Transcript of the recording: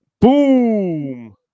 Boom